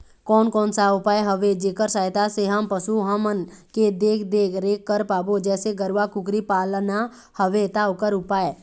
कोन कौन सा उपाय हवे जेकर सहायता से हम पशु हमन के देख देख रेख कर पाबो जैसे गरवा कुकरी पालना हवे ता ओकर उपाय?